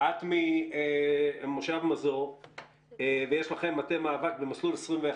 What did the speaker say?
את ממושב מזור ויש לכם מאבק במסלול 21,